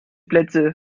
plätze